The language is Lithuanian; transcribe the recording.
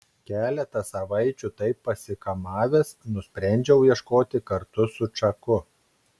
keletą savaičių taip pasikamavęs nusprendžiau ieškoti kartu su čaku